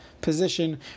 position